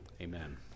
Amen